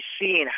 seen